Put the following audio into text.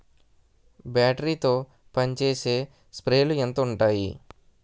Battery తో పనిచేసే స్ప్రేలు ఎంత ఉంటాయి?